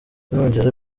nugera